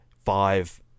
five